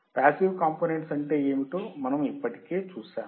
passive components అంటే ఏమిటో మనము ఇప్పటికే చూశాము